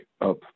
up